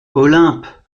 olympe